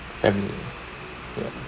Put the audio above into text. family ya